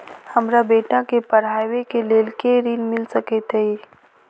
हमरा बेटा केँ पढ़ाबै केँ लेल केँ ऋण मिल सकैत अई?